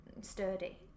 sturdy